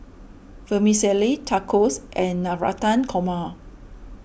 Vermicelli Tacos and Navratan Korma